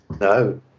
No